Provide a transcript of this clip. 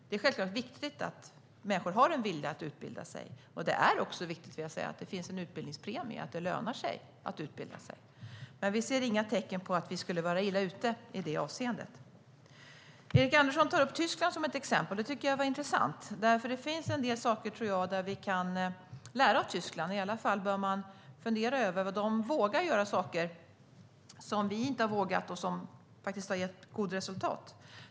Det är självklart viktigt att människor har en vilja att utbilda sig. Och det är också viktigt att det finns en utbildningspremie, att det lönar sig att utbilda sig. Men vi ser inga tecken på att vi skulle vara illa ute i det avseendet. Erik Andersson tar upp Tyskland som ett exempel, och det tycker jag var intressant, därför att det finns en del, tror jag, som vi kan lära av Tyskland. De vågar göra saker som vi inte har vågat och som faktiskt har gett goda resultat.